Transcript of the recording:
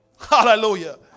Hallelujah